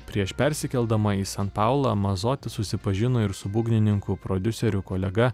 prieš persikeldama į san paulą mazoti susipažino ir su būgnininku prodiuseriu kolega